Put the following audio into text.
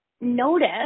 Notice